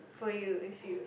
for you if you